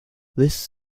this